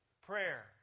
Prayer